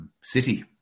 City